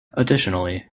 additionally